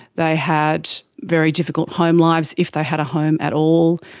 they had very difficult home lives, if they had a home at all.